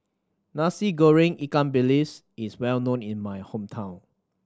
Nasi Goreng ikan bilis is well known in my hometown